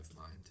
mind